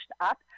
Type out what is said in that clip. up